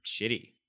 shitty